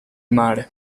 mare